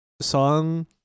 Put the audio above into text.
song